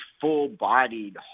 full-bodied